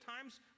times